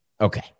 Okay